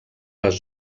les